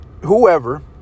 whoever